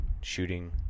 shooting